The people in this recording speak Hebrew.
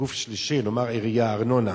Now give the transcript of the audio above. גוף שלישי, נאמר עירייה, ארנונה,